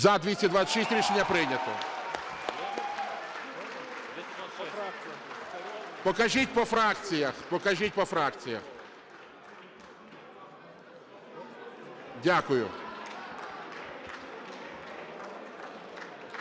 За-226 Рішення прийнято. Покажіть по фракціях.